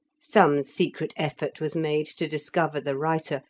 some secret effort was made to discover the writer,